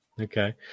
okay